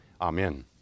Amen